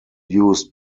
used